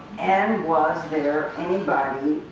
and was there anybody